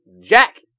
jack